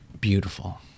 beautiful